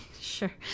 sure